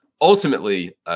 ultimately